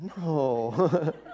no